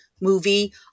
movie